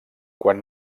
quan